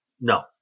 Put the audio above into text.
No